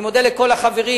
אני מודה לכל החברים,